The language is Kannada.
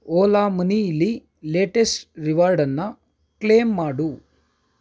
ಓಲಾ ಮನೀಲಿ ಲೇಟೆಸ್ಟ್ ರಿವಾರ್ಡನ್ನು ಕ್ಲೇಮ್ ಮಾಡು